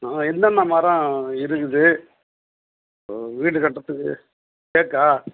எந்தெந்த மரம் இருக்குது வீடு கட்டுறதுக்கு தேக்கா